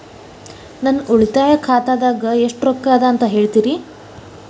ನನ್ನ ಉಳಿತಾಯ ಖಾತಾದಾಗ ಎಷ್ಟ ರೊಕ್ಕ ಅದ ಅಂತ ಹೇಳ್ತೇರಿ?